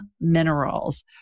Minerals